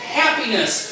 happiness